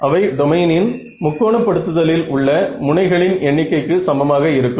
அவை டொமைனின் முக்கோண படுத்துதலில் உள்ள முனைகளின் எண்ணிக்கைக்கு சமமாக இருக்கும்